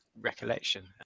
recollection